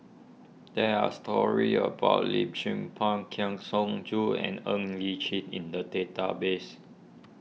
there are stories about Lim Tze Peng Kang Siong Joo and Ng Li Chin in the database